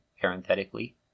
parenthetically